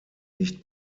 nicht